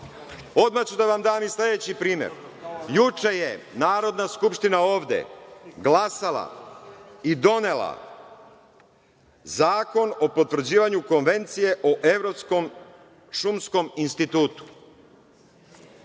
Odmah ću da vam dam i sledeći primer. Juče je Narodna skupština ovde glasala i donela Zakon o potvrđivanju Konvencije o Evropskom šumskom institutu.